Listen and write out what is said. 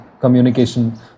communication